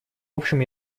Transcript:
общем